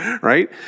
Right